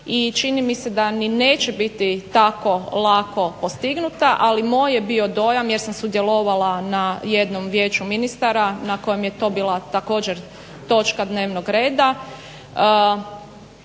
i čini mi se da ni neće biti tako lako postignuta. Ali moj je bio dojam jer sam sudjelovala na jednom vijeću ministara na kojem je to bila također točka dnevnog reda,